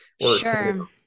Sure